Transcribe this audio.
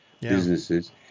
businesses